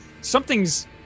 something's